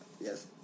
Yes